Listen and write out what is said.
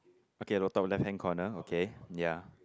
okay the top left hand corner okay ya